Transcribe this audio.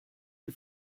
die